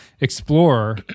explorer